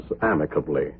amicably